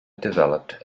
developed